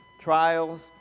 trials